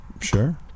Sure